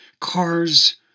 Cars